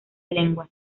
lenguas